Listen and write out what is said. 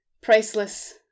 priceless